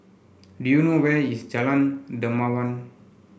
do you know where is Jalan Dermawan